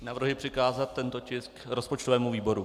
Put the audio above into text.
Navrhuji přikázat tento tisk rozpočtovému výboru.